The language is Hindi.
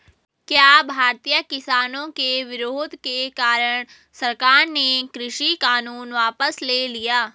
क्या भारतीय किसानों के विरोध के कारण सरकार ने कृषि कानून वापस ले लिया?